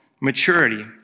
maturity